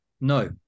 No